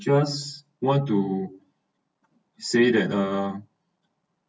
just want to say that uh